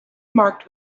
marked